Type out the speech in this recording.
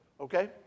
okay